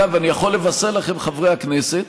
אגב, אני יכול לבשר לכם, חברי הכנסת,